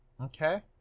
Okay